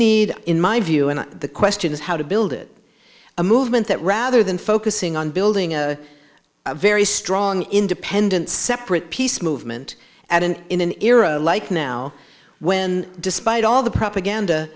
need in my view and the question is how to build it a movement that rather than focusing on building a very strong independent separate peace movement at an in an era like now when despite all the propaganda